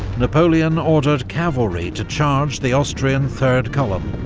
napoleon ordered cavalry to charge the austrian third column,